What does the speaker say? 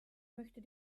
möchte